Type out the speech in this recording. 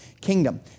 kingdom